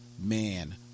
man